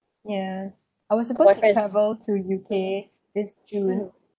yeah I was supposed to travel to U_K this june